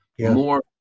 more